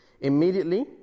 Immediately